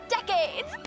decades